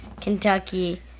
Kentucky